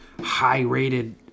high-rated